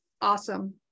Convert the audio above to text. Awesome